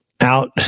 out